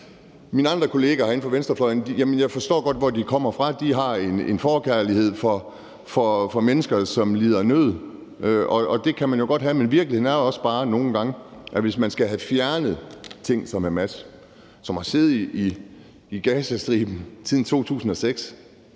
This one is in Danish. godt hvor kommer fra. De har en forkærlighed for mennesker, som lider nød. Det kan man jo godt have, men virkeligheden er også bare nogle gange, at hvis man skal have fjernet ting som Hamas, som har siddet i Gazastriben siden 2006